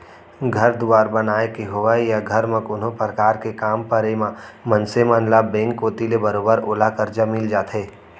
घर दुवार बनाय के होवय या घर म कोनो परकार के काम परे म मनसे मन ल बेंक कोती ले बरोबर ओला करजा मिल जाथे